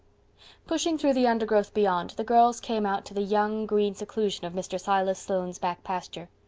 pushing through the undergrowth beyond, the girls came out to the young green seclusion of mr. silas sloane's back pasture.